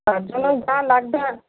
তার জন্য যা লাগবে